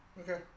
Okay